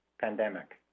pandemic